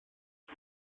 και